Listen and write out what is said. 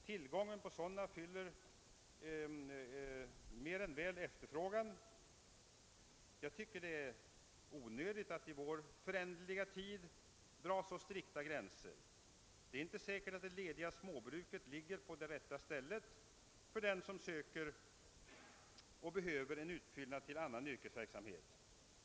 Tillgången på sådana motsvarar mer än väl efterfrågan. Jag tycker det är onödigt att i vår föränderliga tid dra så strikta gränser. Det är inte säkert att det lediga småbruket ligger på det rätta stället för den som söker och behöver en utfyllnad till annan yrkesverksamhet.